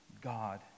God